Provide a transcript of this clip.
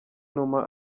numa